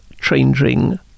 changing